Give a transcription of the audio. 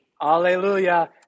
Hallelujah